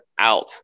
out